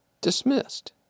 dismissed